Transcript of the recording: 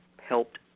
helped